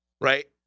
Right